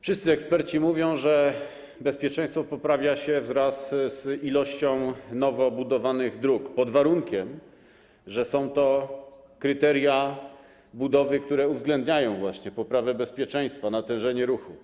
Wszyscy eksperci mówią, że bezpieczeństwo poprawia się wraz z ilością nowo budowanych dróg, pod warunkiem że są kryteria budowy, które uwzględniają poprawę bezpieczeństwa i natężenie ruchu.